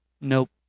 Nope